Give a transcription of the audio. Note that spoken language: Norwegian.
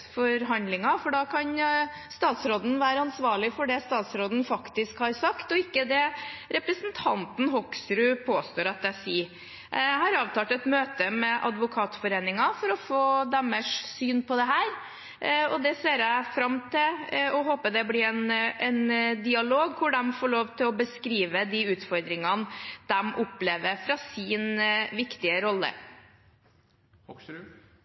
forhandlinger, for da kan statsråden være ansvarlig for det statsråden faktisk har sagt, og ikke det representanten Hoksrud påstår at jeg sier. Jeg har avtalt et møte med Advokatforeningen for å få deres syn på dette. Det ser jeg fram til, og jeg håper det blir en dialog hvor de får lov til å beskrive de utfordringene de opplever i sin viktige rolle.